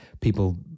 people